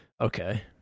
okay